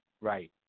Right